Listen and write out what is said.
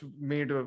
made